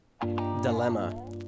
Dilemma